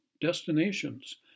destinations